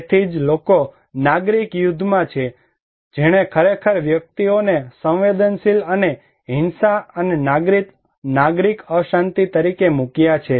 તેથી જે લોકો નાગરિક યુદ્ધમાં છે જેણે ખરેખર વ્યક્તિઓને સંવેદનશીલ અને હિંસા અને નાગરિક અશાંતિ તરીકે મૂક્યા છે